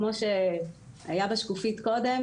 כמו שהיה בשקופית קודם,